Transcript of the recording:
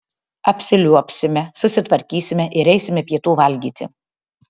apsiliuobsime susitvarkysime ir eisime pietų valgyti